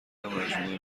مجموعه